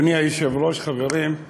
אדוני היושב-ראש, חברים,